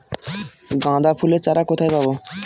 গাঁদা ফুলের চারা কোথায় পাবো?